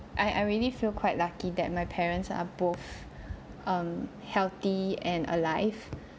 I I really feel quite lucky that my parents are both um healthy and alive